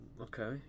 Okay